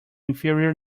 inferior